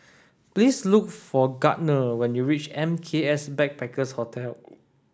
please look for Gardner when you reach M K S Backpackers Hostel